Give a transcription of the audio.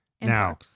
Now